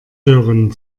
hören